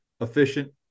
efficient